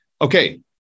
okay